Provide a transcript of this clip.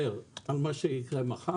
לנצח.